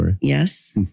Yes